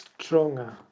stronger